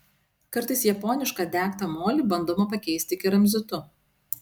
kartais japonišką degtą molį bandoma pakeisti keramzitu